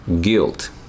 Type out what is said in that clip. guilt